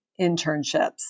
internships